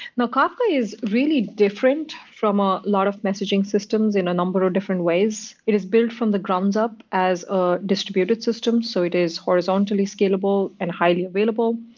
kafka is really different from a lot of messaging systems in a number of different ways. it is built from the ground up as a distributed system, so it is horizontally scalable and highly available.